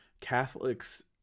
Catholics